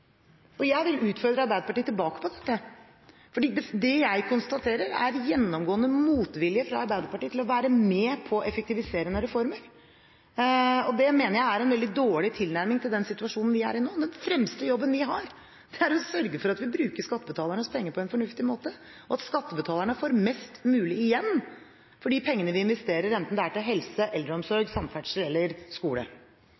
Jeg vil utfordre Arbeiderpartiet tilbake på dette, for det jeg konstaterer, er en gjennomgående motvilje fra Arbeiderpartiet mot å være med på effektivisering av reformer. Det mener jeg er en veldig dårlig tilnærming til den situasjonen vi er i nå. Den fremste jobben vi har, er å sørge for at vi bruker skattebetalernes penger på en fornuftig måte, og at skattebetalerne får mest mulig igjen for de pengene vi investerer, enten det er i helse, eldreomsorg, samferdsel eller skole.